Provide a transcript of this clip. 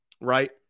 Right